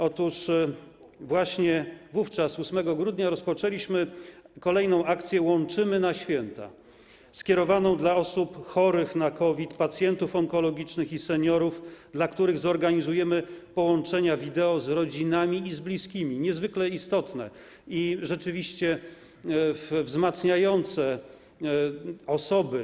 Otóż właśnie wówczas, 8 grudnia rozpoczęliśmy kolejną akcję „Łączymy na święta”, skierowaną do osób chorych na COVID, pacjentów onkologicznych i seniorów, dla których zorganizujemy połączenia wideo z rodzinami i bliskimi, niezwykle istotne i rzeczywiście psychicznie wzmacniające te osoby.